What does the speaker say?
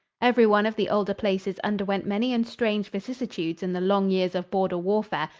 every one of the older places underwent many and strange vicissitudes in the long years of border warfare,